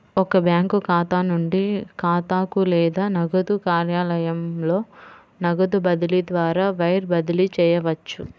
ఒక బ్యాంకు ఖాతా నుండి ఖాతాకు లేదా నగదు కార్యాలయంలో నగదు బదిలీ ద్వారా వైర్ బదిలీ చేయవచ్చు